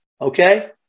Okay